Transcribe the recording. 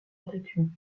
rédaction